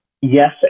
yes